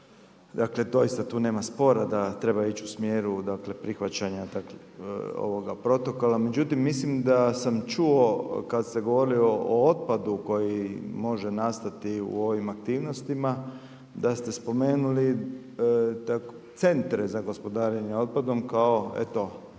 dakle doista tu nema spora da treba ići u smjeru prihvaćanja ovog protokola. Međutim, mislim da sam čuo kad ste govorili o otpadu koji može nastati u ovim aktivnostima, da ste spomenuli centre za gospodarenje otpadom kao eto,